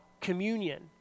communion